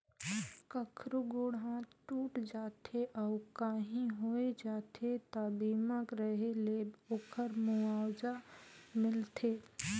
कखरो गोड़ हाथ टूट जाथे अउ काही होय जाथे त बीमा रेहे ले ओखर मुआवजा मिलथे